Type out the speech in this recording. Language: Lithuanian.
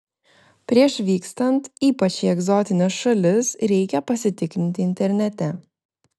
prieš vykstant ypač į egzotines šalis reikia pasitikrinti internete